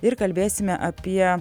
ir kalbėsime apie